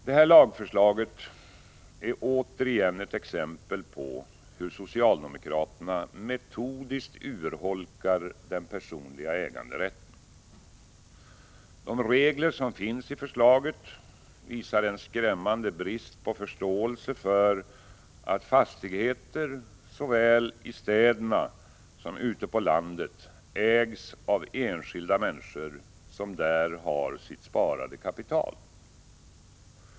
Detta lagförslag är återigen ett exempel på hur socialdemokraterna metodiskt urholkar den personliga äganderätten. De regler som finns i förslaget visar en skrämmande brist på förståelse för att fastigheter såväl i städerna som på landet ägs av enskilda människor som där har sitt sparade kapital.